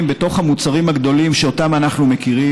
בתוך המוצרים הגדולים שאותם אנחנו מכירים,